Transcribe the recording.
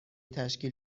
تشکیل